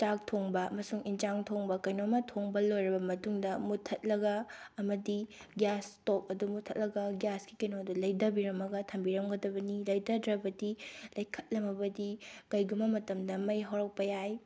ꯆꯥꯛ ꯊꯣꯡꯕ ꯑꯃꯁꯨꯡ ꯌꯦꯟꯁꯥꯡ ꯊꯣꯡꯕ ꯀꯩꯅꯣꯃ ꯊꯣꯡꯕ ꯂꯣꯏꯔꯕ ꯃꯇꯨꯡꯗ ꯃꯨꯠꯊꯠꯂꯒ ꯑꯃꯗꯤ ꯒ꯭ꯌꯥꯁ ꯁ꯭ꯇꯣꯞ ꯑꯗꯨ ꯃꯨꯊꯠꯂꯒ ꯒ꯭ꯌꯥꯁꯀꯤ ꯀꯩꯅꯣꯗꯣ ꯂꯩꯊꯕꯤꯔꯝꯃꯒ ꯊꯝꯕꯤꯔꯝꯒꯗꯕꯅꯤ ꯂꯩꯊꯗ꯭ꯔꯕꯗꯤ ꯂꯩꯈꯠꯂꯝꯃꯕꯗꯤ ꯀꯔꯤꯒꯨꯝꯕ ꯃꯇꯝꯗ ꯃꯩ ꯍꯧꯔꯛꯄ ꯌꯥꯏ